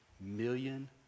million